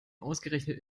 ausgerechnet